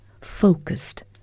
focused